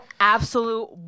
absolute